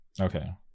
Okay